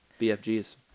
BFG's